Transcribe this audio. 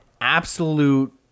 absolute